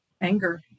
anger